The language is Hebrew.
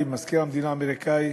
האמריקני,